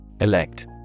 Elect